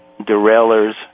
derailers